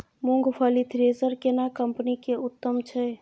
मूंगफली थ्रेसर केना कम्पनी के उत्तम छै?